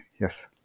Yes